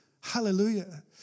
hallelujah